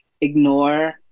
ignore